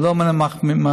הוא לא מן המחמירים.